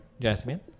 Jasmine